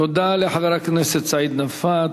תודה לחבר הכנסת סעיד נפאע.